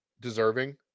deserving